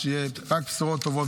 שיהיו רק בשורות טובות,